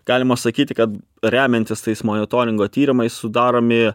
galima sakyti kad remiantis tais monitoringo tyrimais sudaromi